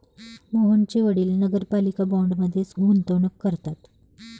मोहनचे वडील नगरपालिका बाँडमध्ये गुंतवणूक करतात